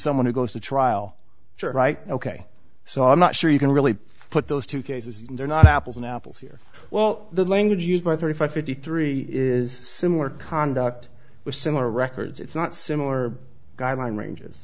someone who goes to trial right ok so i'm not sure you can really put those two cases they're not apples and apples here well the language used by thirty five fifty three is similar conduct with similar records it's not similar guideline ranges